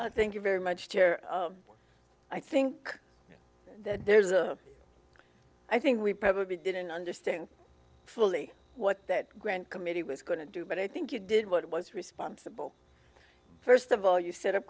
so thank you very much terry i think that there's a i think we probably didn't understand fully what that grand committee was going to do but i think you did what was responsible first of all you set of